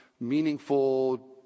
meaningful